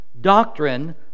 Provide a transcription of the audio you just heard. doctrine